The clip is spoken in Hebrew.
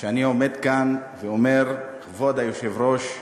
שאני עומד כאן ואומר "כבוד היושב-ראש"